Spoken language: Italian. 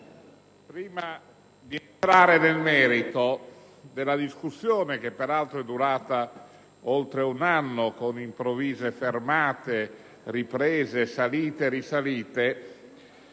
prima di entrare nel merito della discussione, che peraltro è durata oltre un anno, con improvvise fermate, riprese, salite e risalite,